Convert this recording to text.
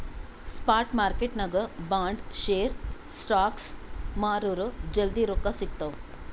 spot ಮಾರ್ಕೆಟ್ನಾಗ್ bond, share, stocks ಮಾರುರ್ ಜಲ್ದಿ ರೊಕ್ಕಾ ಸಿಗ್ತಾವ್